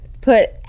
put